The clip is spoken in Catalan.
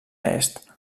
est